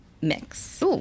mix